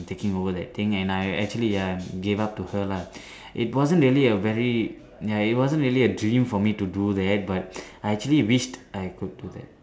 taking over that thing and I actually ya gave up to her lah it wasn't really a very ya it wasn't really a dream for me to do that but I actually wished I could do that